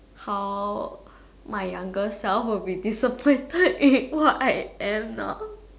how my younger self will be disappointed in what I am now